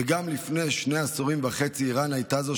וגם לפני שני עשורים וחצי איראן הייתה זו